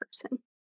person